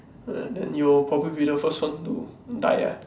then you'll probably be the first one to die ah